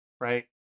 right